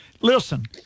Listen